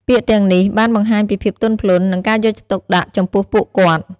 ពាក្យទាំងនេះបានបង្ហាញពីភាពទន់ភ្លន់ និងការយកចិត្តទុកដាក់ចំពោះពួកគាត់។